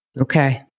Okay